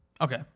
Okay